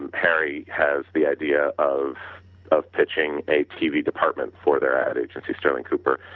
and harry has the idea of of pitching a tv department for their ad agency sterling cooper.